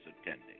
attending